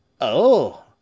Oh